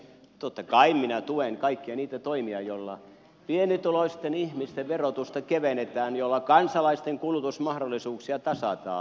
totta kai minä tuen kaikkia niitä toimia joilla pienituloisten ihmisten verotusta kevennetään joilla kansalaisten kulutusmahdollisuuksia tasataan